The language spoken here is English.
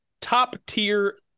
top-tier